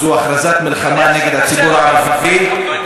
זו הכרזת מלחמה נגד הציבור הערבי, את החוק.